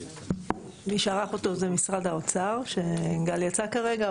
מי שערך אותו זה משרד האוצר, שגל יצא כרגע.